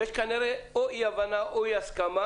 יש, כנראה, או אי הבנה או אי הסכמה